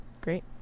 Great